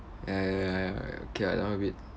ya ya ya ya okay ah that [one] a bit